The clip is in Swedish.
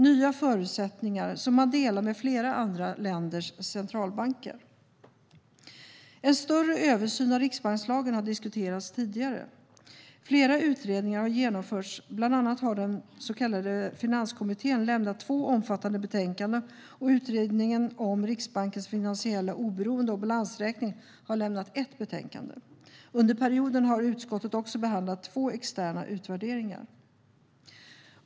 Detta är nya förutsättningar som man delar med flera andra länders centralbanker. En större översyn av riksbankslagen har diskuterats tidigare. Flera utredningar har genomförts; bland annat har Finanskriskommittén lämnat två omfattande betänkanden, och utredningen om Riksbankens finansiella oberoende och balansräkning har lämnat ett betänkande. Under perioden har utskottet också behandlat två externa utvärderingar.